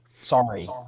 sorry